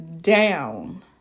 down